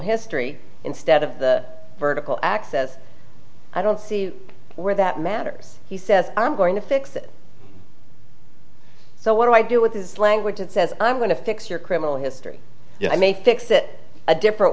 history instead of the vertical access i don't see where that matters he says i'm going to fix it so what do i do with this language that says i'm going to fix your criminal history i may fix it a different